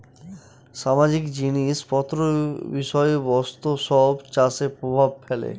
সামাজিক জিনিস পত্র বিষয় বস্তু সব চাষে প্রভাব ফেলে